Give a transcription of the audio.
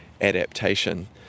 adaptation